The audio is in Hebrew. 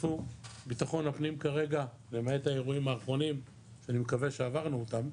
בטחון הפנים כרגע למעט האירועים האחרונים שאני מקווה שעברנו אותם,